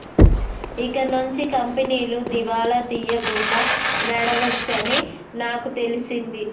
ఇకనుంచి కంపెనీలు దివాలా తీయకుండా నడవవచ్చని నాకు తెలిసింది